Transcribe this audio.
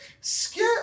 skip